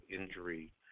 injury